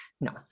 no